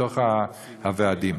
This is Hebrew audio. בתוך הוועדים.